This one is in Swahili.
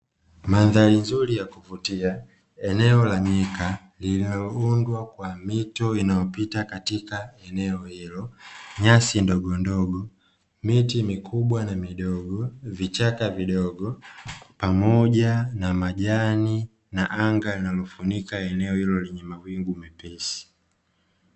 Mndhari nzuri ya kuvutia eneo la nyika lililoundwa kwa mito iliyopita katika eneo hilo nyasi ndogondogo miti mikubwa na midogo vichaka vidogo pamoja na majani na anga linalofunika eneo hilo lenye mawingu mepesi.